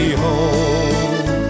home